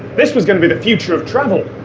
this was going to be the future of travel.